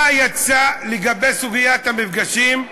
מה יצא לגבי סוגיית המפגשים.